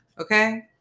okay